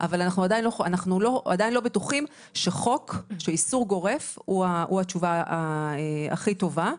אנחנו עדיין לא בטוחים שחוק של איסור גורף הוא התשובה הכי טובה.